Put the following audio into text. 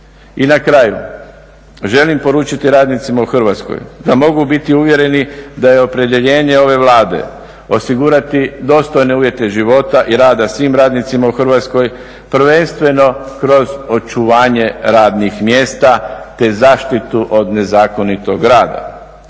I na kraju, želim poručiti radnicima u Hrvatskoj da mogu biti uvjereni da je opredjeljenje ove Vlade osigurati dostojne uvjete života i rada svim radnicima u Hrvatskoj prvenstveno kroz očuvanje radnih mjesta, te zaštitu od nezakonitog rada.